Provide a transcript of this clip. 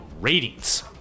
ratings